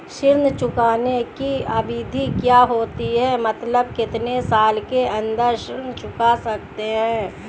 ऋण चुकाने की अवधि क्या होती है मतलब कितने साल के अंदर ऋण चुका सकते हैं?